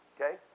okay